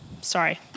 sorry